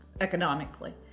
economically